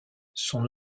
son